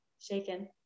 Shaken